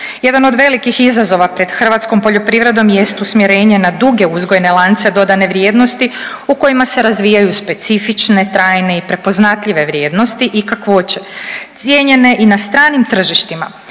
Jedan od velikih izazova pred hrvatskom poljoprivredom jest usmjerenje na duge uzgojne lance dodane vrijednosti u kojima se razvijaju specifične, trajne i prepoznatljive vrijednosti i kakvoće cijenjene i na stranim tržištima.